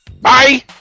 Bye